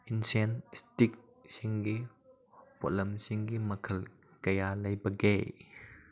incense ꯏꯁꯇꯤꯛꯁꯤꯡꯒꯤ ꯄꯣꯠꯂꯝꯁꯤꯡꯒꯤ ꯃꯈꯜ ꯀꯌꯥ ꯂꯩꯕꯒꯦ